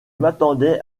m’attendais